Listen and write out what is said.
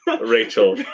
Rachel